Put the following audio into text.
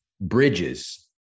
bridges